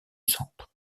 centre